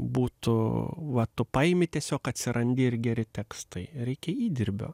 būtų va tu paimi tiesiog atsirandi ir geri tekstai reikia įdirbio